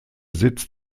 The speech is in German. sitz